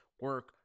Work